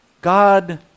God